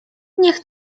niech